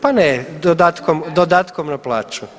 Pa ne, dodatkom na plaću.